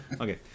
Okay